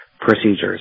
procedures